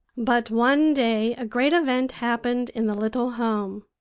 but one day a great event happened in the little home.